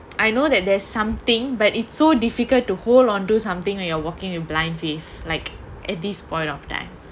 I know that there's something but it's so difficult to hold onto something while you're walking you blind faith like at this point of time